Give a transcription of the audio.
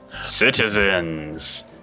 Citizens